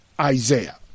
Isaiah